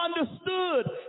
understood